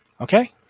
Okay